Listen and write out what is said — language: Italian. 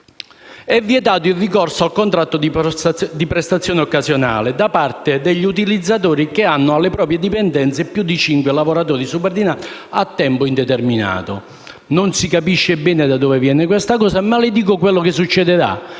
«È vietato il ricorso al contratto di prestazione occasionale: *a)* da parte degli utilizzatori che hanno alle proprie dipendenze più di cinque lavoratori subordinati a tempo indeterminato». Non si capisce bene da dove arrivi questa norma, ma le dico cosa succederà,